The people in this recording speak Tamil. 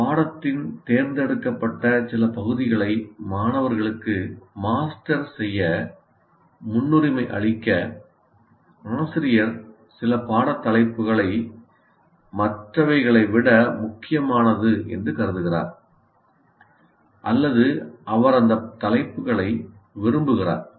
பாடத்தின் தேர்ந்தெடுக்கப்பட்ட சில பகுதிகளை மாணவர்களுக்கு 'மாஸ்டர்' செய்ய முன்னுரிமை அளிக்க ஆசிரியர் சில பாட தலைப்புகளை மற்றவர்களை விட முக்கியமானது என்று கருதுகிறார் அல்லது அவர் அந்த தலைப்புகளை விரும்புகிறார்